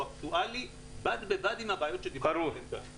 אקטואלי בד בבד עם הבעיות שדיברנו עליהם.